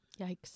Yikes